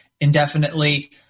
indefinitely